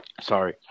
sorry